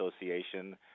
Association